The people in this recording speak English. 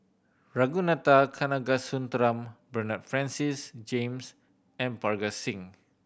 Ragunathar Kanagasuntheram Bernard Francis James and Parga Singh